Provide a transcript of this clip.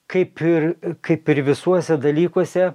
kaip ir kaip ir visuose dalykuose